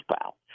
pal